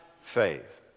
faith